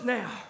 now